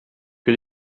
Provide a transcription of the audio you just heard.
que